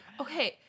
Okay